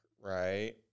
Right